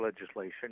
legislation